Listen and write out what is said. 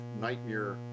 nightmare